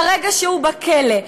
מהרגע שהוא בכלא,